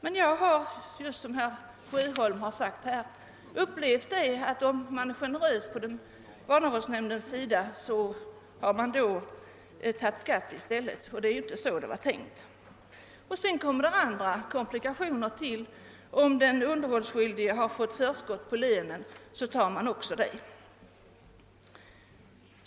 Men precis som herr Sjöholm har sagt, har jag upplevt att om barnavårdsnämden varit generös har man i stället tagit mera i skatt. Det är inte så det hela var tänkt. Sedan kommer andra komplikationer till. Om den underhållsskyldige fått förskott på lönen, tar man också ut detta.